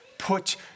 Put